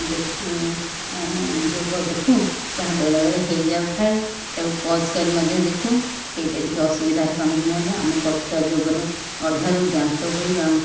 ଦେଖୁ ଯୋଗ ଦେଖୁ ତାହା ବେଳେବେଳେ ହୋଇ ଯାଉଥାଏ ତାକୁ ପଜ୍ କରି ମଧ୍ୟ ଦେଖୁ ସେଇଟା ଟିକିଏ ଅସୁବିଧାର ସମ୍ମୁଖୀନ ହୋଇଥାଏ ଆମେ କରୁଥିବା ଯୋଗରୁ ଅଧାରୁ ଜ୍ଞାତ ହୋଇ ବା